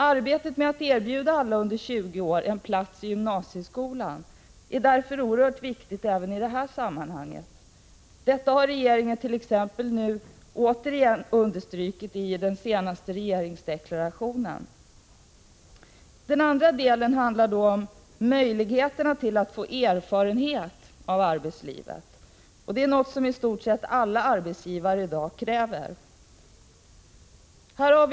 Arbetet med att erbjuda alla under 20 år en plats i gymnasieskolan är därför oerhört viktigt även i det här sammanhanget. Detta har regeringen nu ytterligare understrukit i den senaste regeringsdeklarationen. Det andra kravet handlar om ungdomarnas möjlighet att få erfarenhet av arbetslivet, något som i stort sett alla arbetsgivare kräver i dag.